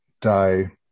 die